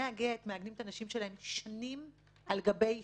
הגט מעגנים את הנשים שלהם שנים על גבי שנים.